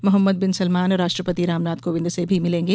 Mohammad bin Salman राष्ट्रपति रामनाथ कोविंद से भी मिलेंगे